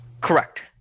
correct